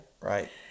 Right